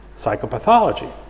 psychopathology